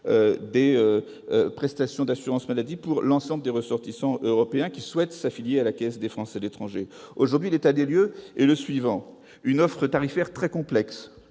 des prestations d'assurance maladie à l'ensemble des ressortissants européens qui souhaitent s'affilier à la Caisse des Français de l'étranger. Aujourd'hui, l'état des lieux est le suivant : l'offre tarifaire est très complexe,